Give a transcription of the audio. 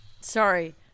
Sorry